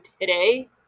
today